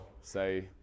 say